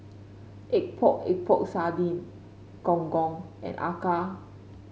Epok Epok Sardin Gong Gong and acar